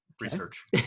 research